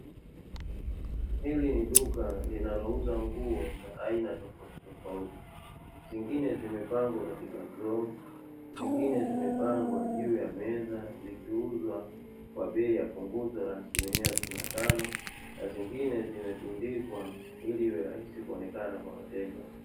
Hili ni duka linalouza nguo za aina tofautitofauti. Zingine zimepangwa katika droo, zingine zimepangwa juu ya meza zikiuzwa kwa bei ya punguzo la asilimia hamsini na tano, na zingine zimetundikwa ili iwe rahisi kuonekana kwa wateja.